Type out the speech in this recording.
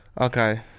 Okay